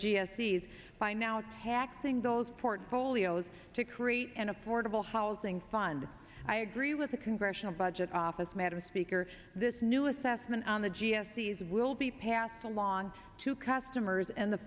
by now taxing those portfolios to create an affordable housing fund i agree with the congressional budget office madam speaker this new assessment on the g s t is will be passed along to customers and the